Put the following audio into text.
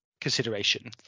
consideration